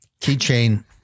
keychain